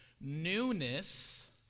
newness